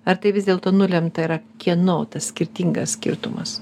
ar tai vis dėlto nulemta yra kieno tas skirtingas skirtumas